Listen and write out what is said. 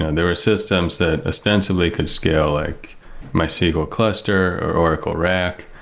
and there were systems that extensively could scale, like mysql cluster, or oracle rack,